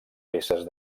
peces